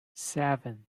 seven